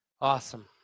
Awesome